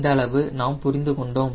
இந்த அளவு நாம் புரிந்து கொண்டோம்